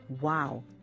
wow